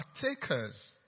partakers